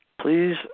Please